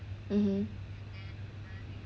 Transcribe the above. mmhmm